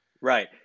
Right